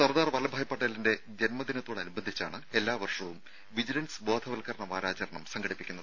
സർദാർ വല്ലഭായി പട്ടേലിന്റെ ജന്മദിനത്തോടനുബന്ധിച്ചാണ് എല്ലാ വർഷവും വിജിലൻസ് ബോധവൽക്കരണ വാരാചണം സംഘടിപ്പിക്കുന്നത്